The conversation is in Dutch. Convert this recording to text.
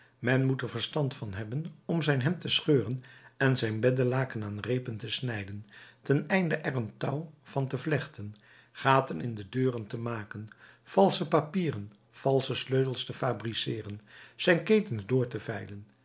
men moet er verstand van hebben om zijn hemd te scheuren en zijn beddelaken aan reepen te snijden ten einde er een touw van te vlechten gaten in de deuren te maken valsche papieren valsche sleutels te fabriceeren zijn ketens door te vijlen